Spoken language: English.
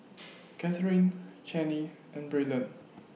Katherine Channie and Braylen